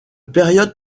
période